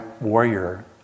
warrior